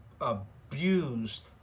abused